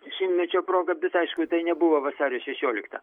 šimtmečio proga bet aišku tai nebuvo vasario šešiolikta